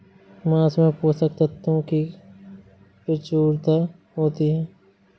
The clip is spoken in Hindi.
माँस में पोषक तत्त्वों की प्रचूरता होती है